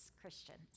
Christians